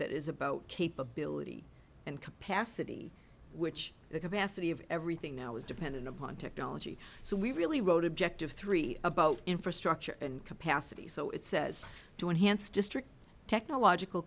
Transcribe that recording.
that is about capability and capacity which the capacity of everything now is dependent upon technology so we really wrote objective three about infrastructure and capacity so it says to enhance district technological